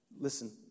Listen